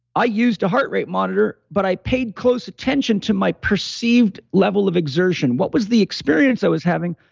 i used a heart rate monitor, but i paid close attention to my perceived level of exertion. what was the experience i was having?